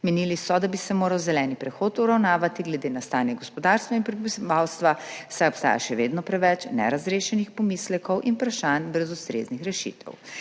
Menili so, da bi se moral zeleni prehod uravnavati glede na stanje gospodarstva in prebivalstva, saj obstaja še vedno preveč nerazrešenih pomislekov in vprašanj brez ustreznih rešitev.